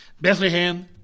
Bethlehem